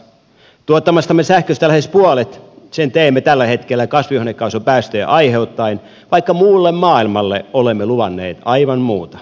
tuottamastamme sähköstä lähes puolet teemme tällä hetkellä kasvihuonekaasupäästöjä aiheuttaen vaikka muulle maailmalle olemme luvanneet aivan muuta